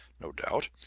no doubt,